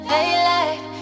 Daylight